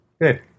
Good